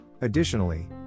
Additionally